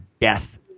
death